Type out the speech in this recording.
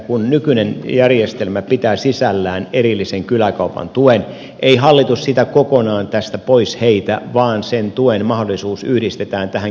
kun nykyinen järjestelmä pitää sisällään erillisen kyläkaupan tuen ei hallitus sitä kokonaan tästä pois heitä vaan sen tuen mahdollisuus yhdistetään tähän kehittämisavustukseen